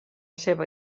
seva